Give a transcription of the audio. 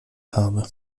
habe